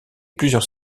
plusieurs